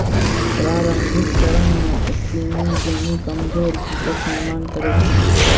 प्रारंभिक चरण मे स्पिनिंग जेनी कमजोर सूतक निर्माण करै छल